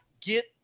get